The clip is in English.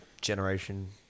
generation